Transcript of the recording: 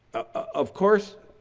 of course,